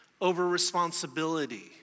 over-responsibility